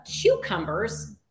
cucumbers